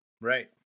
Right